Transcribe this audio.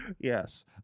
yes